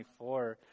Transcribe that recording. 24